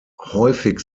häufig